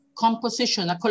Composition